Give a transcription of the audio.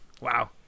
Wow